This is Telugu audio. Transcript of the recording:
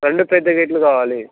రెండు పెద్ద గేట్లు గావాలి